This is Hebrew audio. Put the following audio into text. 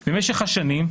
במשך השנים,